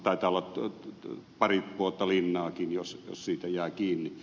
taitaa tulla pari vuotta linnaakin jos siitä jää kiinni